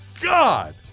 God